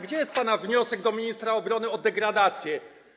Gdzie jest pana wniosek do ministra obrony o degradację?